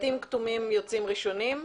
סרטים כתומים יוצאים ראשוניים,